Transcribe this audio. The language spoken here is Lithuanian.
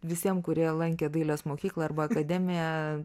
visiem kurie lankė dailės mokyklą arba akademiją